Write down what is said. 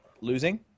losing